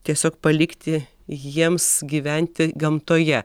tiesiog palikti jiems gyventi gamtoje